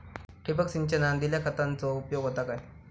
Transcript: ठिबक सिंचनान दिल्या खतांचो उपयोग होता काय?